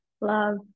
love